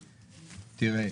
תראה,